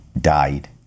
died